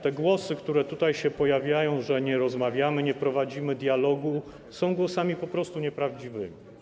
Te głosy, które tutaj się pojawiają, że nie rozmawiamy, nie prowadzimy dialogu, są głosami po prostu nieprawdziwymi.